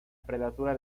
prelatura